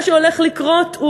מה שהולך לקרות,